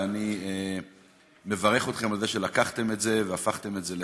ואני מברך אתכם על שלקחתם את זה והפכתם את זה לחוק.